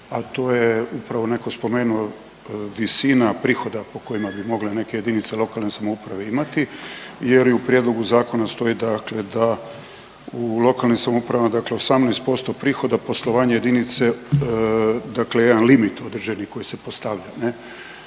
a to je upravo neko spomenuo visina prihod po kojima bi mogle neke jedinice lokalne samouprave imati jer i u prijedlogu zakona stoji dakle da u lokalnim samoupravama dakle 18% prihoda poslovanja jedinice, dakle jedan limit određeni koji se postavlja